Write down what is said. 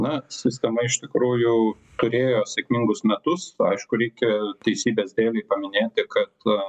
na sistema iš tikrųjų turėjo sėkmingus metus aišku reikia teisybės dėlei paminėti kad